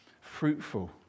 fruitful